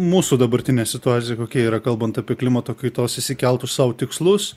mūsų dabartinė situacija kokia yra kalbant apie klimato kaitos išsikeltus sau tikslus